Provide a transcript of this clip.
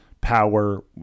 power